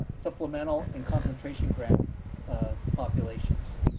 supplemental and concentration grant populations.